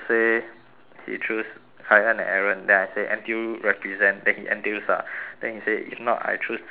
he choose kai en and aaron then I say N_T_U represent then he N_T_U star then he say if not I choose your zi yao and